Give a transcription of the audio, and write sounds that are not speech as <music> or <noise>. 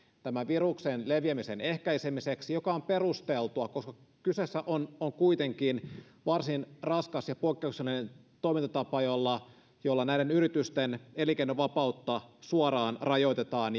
tämän viruksen leviämisen ehkäisemiseksi ja joka on perusteltua koska kyseessä on on kuitenkin varsin raskas ja poikkeuksellinen toimintatapa jolla jolla näiden yritysten elinkeinovapautta suoraan rajoitetaan <unintelligible>